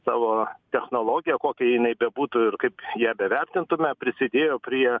savo technologija kokia jinai bebūtų ir kaip ją bevertintume prisidėjo prie